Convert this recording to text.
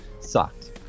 sucked